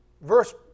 Verse